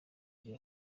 bya